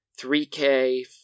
3K